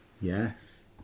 Yes